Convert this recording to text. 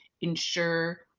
ensure